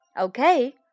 Okay